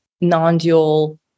non-dual